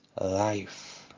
life